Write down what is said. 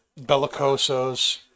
bellicosos